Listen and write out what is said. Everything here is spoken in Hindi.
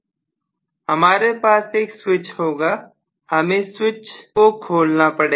प्रोफेसर हमारे पास एक स्विच होगा हमें स्विच को खुलेंगे